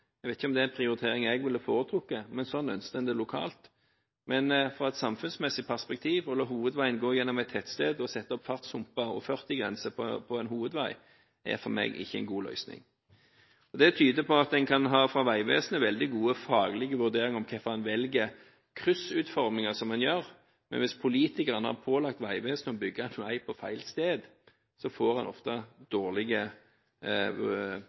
Jeg vet ikke om det er en prioritering jeg ville ha foretrukket, men sånn ønsket en det lokalt. Men fra et samfunnsmessig perspektiv er det å la hovedveien gå gjennom et tettsted og sette opp fartshumper og ha 40-grense ikke en god løsning. Det tyder på at en fra Vegvesenet kan ha veldig gode faglige vurderinger av hvorfor en velger kryssutforminger som en gjør, men hvis politikerne har pålagt Vegvesenet å bygge en vei på feil sted, får en ofte